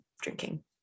drinking